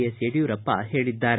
S Yediyurappa ಹೇಳಿದ್ದಾರೆ